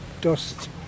dust